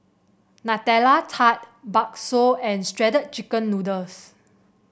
Nutella Tart bakso and Shredded Chicken Noodles